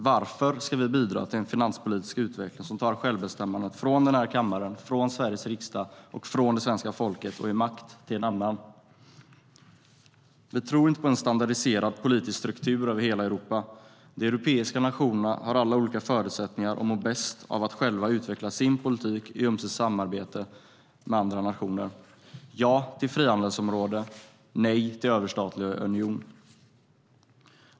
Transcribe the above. Varför ska vi bidra till en finanspolitisk utveckling som tar självbestämmandet från den här kammaren - från Sveriges riksdag, från det svenska folket - och ger makt till en annan? Vi tror inte på en standardiserad politisk struktur över hela Europa. De europeiska nationerna har alla olika förutsättningar och mår bäst av att själva utveckla sin politik i ömsesidigt samarbete med andra nationer. Ja till frihandelsområde - nej till överstatlig union!